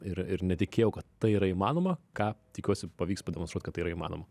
ir ir netikėjau kad tai yra įmanoma ką tikiuosi pavyks pademonstruot kad tai yra įmanoma